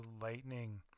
Lightning